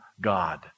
God